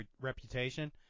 reputation